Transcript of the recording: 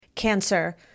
Cancer